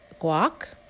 guac